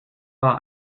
war